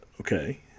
Okay